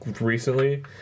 Recently